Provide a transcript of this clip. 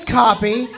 copy